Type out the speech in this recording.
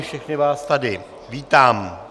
Všechny vás tady vítám.